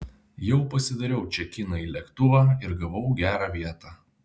jau pasidariau čekiną į lėktuvą ir gavau gerą vietą